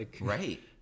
Right